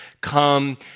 come